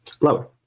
lower